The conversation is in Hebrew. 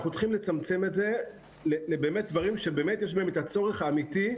אנחנו צריכים לצמצם את זה לדברים שבאמת יש בהם את הצורך האמיתי,